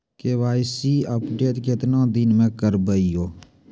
KYC update केतना दिन मे करेबे यो?